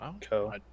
Co